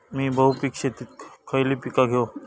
मी बहुपिक शेतीत खयली पीका घेव?